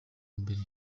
mbere